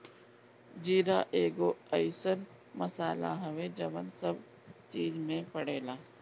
जीरा एगो अइसन मसाला हवे जवन सब चीज में पड़ेला